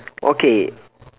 okay